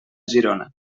girona